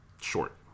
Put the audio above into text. short